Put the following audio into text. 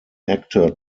actor